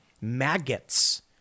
maggots